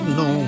no